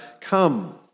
Come